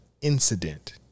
incident